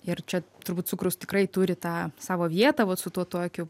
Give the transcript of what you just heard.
ir čia turbūt cukrus tikrai turi tą savo vietą vat su tuo tokiu